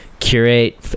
curate